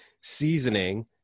seasoning